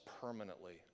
permanently